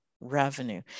revenue